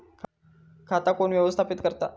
खाता कोण व्यवस्थापित करता?